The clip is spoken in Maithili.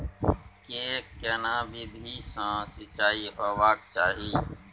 के केना विधी सॅ सिंचाई होबाक चाही?